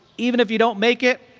even if you don't make it,